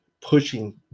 pushing